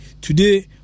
Today